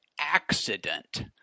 accident